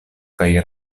kaj